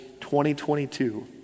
2022